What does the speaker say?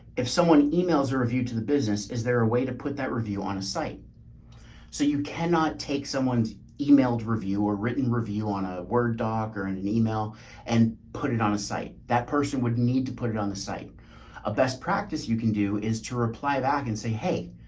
if someone emails or a view to the business, is there a way to put that review on a site so you cannot take someone's emailed review or written review on a word doc or and an email and put it on a site? that person would need to put it on the site of best practice you can do is to reply back and say, hey,